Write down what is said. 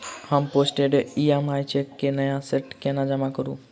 हम postdated EMI cheque केँ नया सेट केना जमा करू?